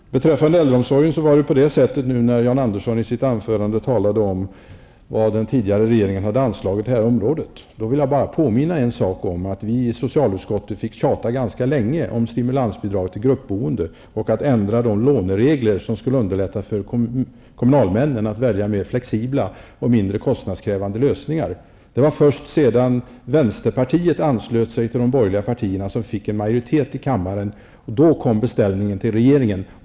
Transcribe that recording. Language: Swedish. Beträffande äldreomsorgen talade Jan Andersson om vad den tidigare regeringen hade anslagit på detta område. Jag vill bara påminna om att vi i socialutskottet fick tjata ganska länge om att ett stimulansbidrag till gruppboende skulle införas och att de låneregler som skulle underlätta för kommunalmännen att välja mer flexibla och mindre kostnadskrävande lösningar skulle ändras. Det var först när vänsterpartiet anslöt sig till de borgerliga partierna, som då fick majoritet i kammaren, som beställningen till regeringen gjordes.